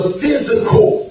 physical